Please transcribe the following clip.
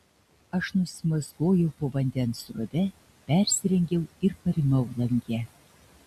aš nusimazgojau po vandens srove persirengiau ir parimau lange